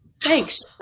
thanks